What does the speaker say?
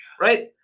right